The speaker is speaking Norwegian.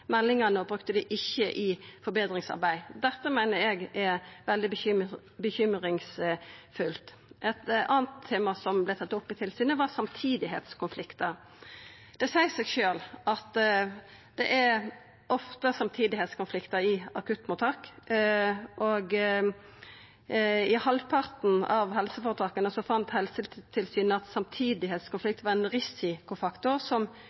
meldingane og brukte dei ikkje i forbetringsarbeid. Dette meiner eg er veldig bekymringsfullt. Eit anna tema som vart tatt opp i tilsynet, var samtidigheitskonfliktar. Det seier seg sjølv at det ofte er samtidigheitskonfliktar i akuttmottak. I halvparten av helseføretaka fann Helsetilsynet at samtidigheitskonfliktar var ein risikofaktor som